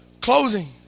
closing